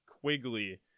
Quigley